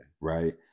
right